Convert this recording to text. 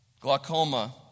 glaucoma